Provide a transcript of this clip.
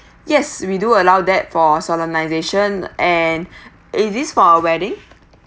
yes we do allow that for solemnisation and is this for a wedding